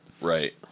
Right